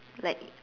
like